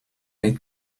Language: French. est